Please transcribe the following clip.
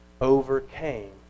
overcame